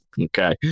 Okay